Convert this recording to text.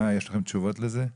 יש לכם תשובות לזה?